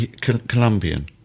Colombian